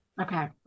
Okay